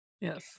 yes